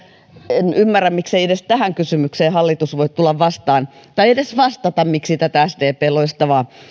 en ymmärrä miksi ei edes tähän kysymykseen hallitus voi tulla vastaan tai edes vastata miksi tätä sdpn loistavaa